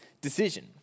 decision